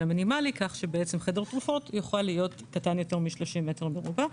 המינימלי כך שחדר תרופות יוכל להיות קטן יותר מ-30 מ"ר,